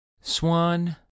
Swan